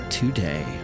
today